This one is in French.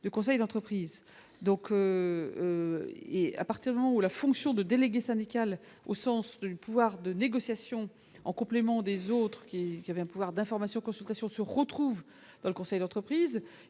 le conseil d'entreprise donc il appartient ou la fonction de délégué syndical, au sens du pouvoir de négociation en complément des autres qui avait un pouvoir d'information consultation se retrouvent dans le conseil d'entreprise,